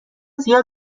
زیاد